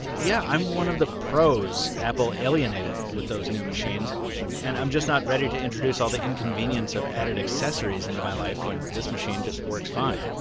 yeah i'm one of the pros apple alienated with those new machines and i'm just not ready to introduce all the inconvenience of added accessories into my life, when this machine just works fine.